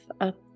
up